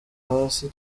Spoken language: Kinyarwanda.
hasi